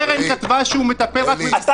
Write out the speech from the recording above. הקרן כתבה שהוא מטפל רק במסמכים ובניירות.